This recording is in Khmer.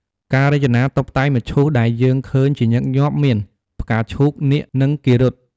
ការរចនាតុបតែងមឈូសដែលយើងឃើញជាញឹកញាប់ មាន ផ្កាឈូក នាគ និង គារុទ្ទ។